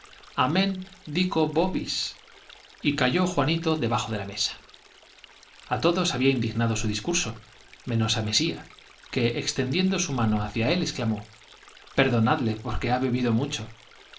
amen dico vobis y cayó juanito debajo de la mesa a todos había indignado su discurso menos a mesía que extendiendo su mano hacia él exclamó perdonadle porque ha bebido mucho